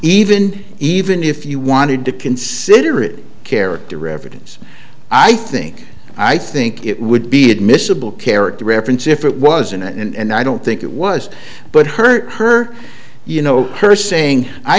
even even if you wanted to consider it character evidence i think i think it would be admissible character reference if it wasn't and i don't think it was but her her you know her saying i